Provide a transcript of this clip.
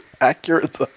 accurate